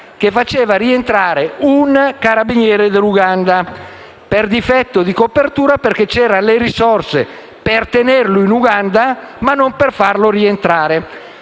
che faceva rientrare un carabiniere dall'Uganda per difetto di copertura, perché c'erano le risorse per tenerlo in Uganda ma non per farlo rientrare.